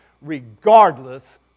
regardless